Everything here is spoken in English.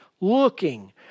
looking